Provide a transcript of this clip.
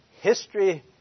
History